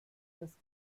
das